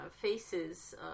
faces